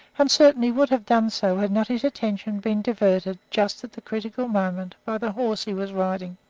and certainly would have done so had not his attention been diverted just at the critical moment by the horse he was riding.